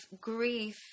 grief